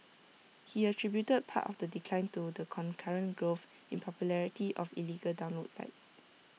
he attributed part of the decline to the concurrent growth in popularity of illegal download sites